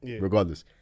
regardless